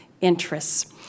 interests